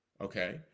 okay